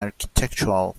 architectural